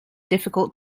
difficult